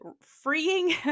freeing